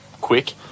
quick